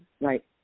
Right